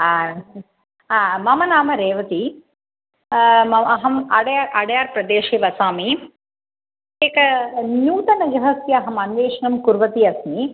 हा हा मम नाम रेवती मम अहम् अडे अडेयार् प्रदेशे वसामि एकनूतनगृहस्य अहम् अन्वेषणं कुर्वती अस्मि